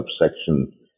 subsection